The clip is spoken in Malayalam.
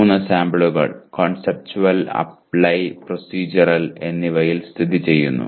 മൂന്ന് സാമ്പിളുകൾ കൺസെപ്ച്വൽ അപ്ലൈ പ്രൊസീഡ്യൂറൽ എന്നിവയിൽ സ്ഥിതിചെയ്യുന്നു